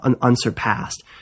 unsurpassed